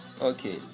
okay